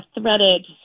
threaded